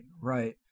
right